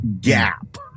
gap